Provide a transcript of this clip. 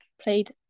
played